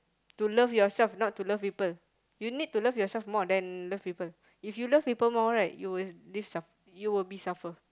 to love yourself not to love people you need to love yourself more than love people if you love people more right you will live suffer you will be suffer